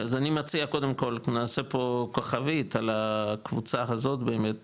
אז אני מציע קודם כל נעשה פה כוכבית על הקבוצה הזאת באמת